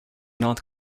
not